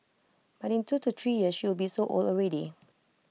but in two to three years she will be so old already